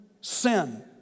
sin